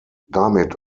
damit